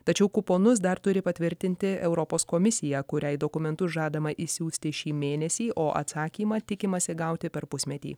tačiau kuponus dar turi patvirtinti europos komisija kuriai dokumentus žadama išsiųsti šį mėnesį o atsakymą tikimasi gauti per pusmetį